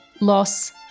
loss